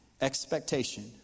expectation